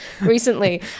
recently